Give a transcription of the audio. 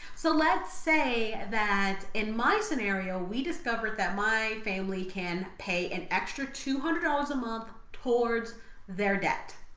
so let's say that in my scenario, we discovered that my family can pay an extra two hundred dollars a month towards their debt.